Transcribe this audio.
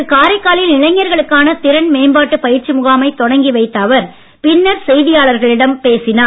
இன்று காரைக்காலில் இளைஞர்களுக்கான திறன்மேம்பாட்டு பயிற்சி முகாமை தொடங்கி வைத்த அவர் பின்னர் செய்தியாளர்களிடம் பேசினார்